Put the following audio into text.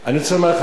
אני רוצה לומר לך